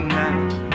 now